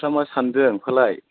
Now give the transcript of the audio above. नोंस्रा मा सानदों फालाय